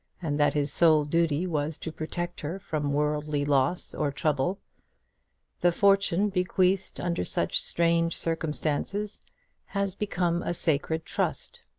and that his sole duty was to protect her from worldly loss or trouble the fortune bequeathed under such strange circumstances has become a sacred trust,